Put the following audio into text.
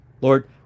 Lord